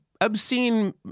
obscene